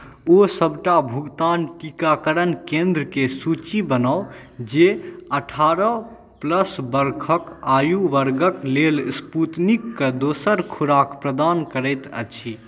ओ सभटा भुगतान टीकाकरण केन्द्रके सूची बनाउ जे अठारह प्लस बरखके आयु वर्गके लेल स्पूतनिकके दोसर खुराक प्रदान करैत अछि